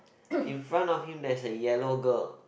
in front of him there's a yellow girl